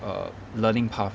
err learning path